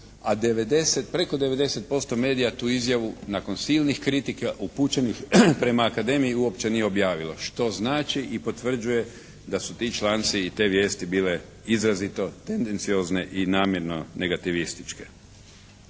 A preko 90% medija tu izjavu nakon silnih kritika upućenih prema Akademiji uopće nije objavilo, što znači i potvrđuje da su ti članci i te vijesti bile izrazito tendenciozne i namjerno negativističke.